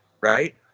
right